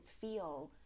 feel